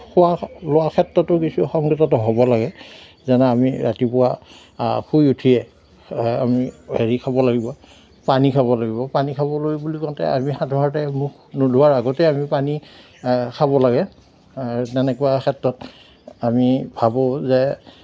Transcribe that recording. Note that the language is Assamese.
খোৱা লোৱাৰ ক্ষেত্ৰতো কিছু সংযত হ'ব লাগে যেনে আমি ৰাতিপুৱা শুই উঠিয়েই আমি হেৰি খাব লাগিব পানী খাব লাগিব পানী খাবলৈ বুলি কওঁতে আমি সাধাৰণতে মুখ নোধোৱাৰ আগতে পানী খাব লাগে তেনেকুৱা ক্ষেত্ৰত আমি ভাবোঁ যে